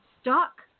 stuck